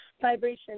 vibration